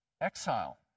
Exile